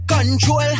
control